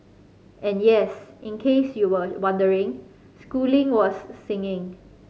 and yes in case you were wondering Schooling was singing